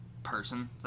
person